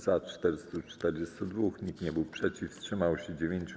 Za - 442, nikt nie był przeciw, wstrzymało się 9.